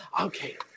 Okay